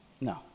No